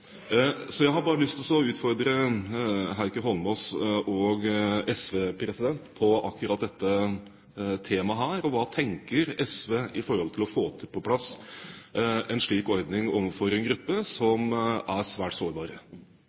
Så jeg har lyst til å utfordre Heikki Holmås og SV på akkurat dette temaet: Hva tenker SV i forhold til å få på plass en slik ordning overfor en gruppe som er svært